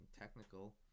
technical